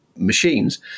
machines